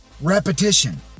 Repetition